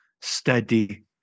steady